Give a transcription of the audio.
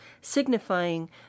signifying